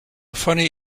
funny